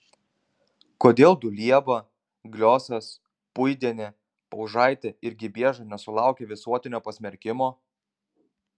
kodėl dulieba gliosas puidienė paužaitė ir gibieža nesulaukė visuotinio pasmerkimo